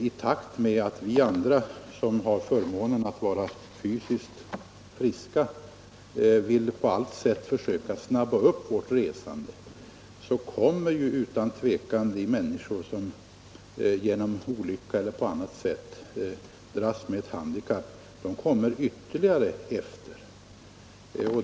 I takt med att vi andra som har förmånen att vara fysiskt friska vill på allt sätt söka snabba upp vårt resande kommer utan tvivel de människor som genom olyckshändelser eller av andra orsaker dras med handikapp ytterligare efter.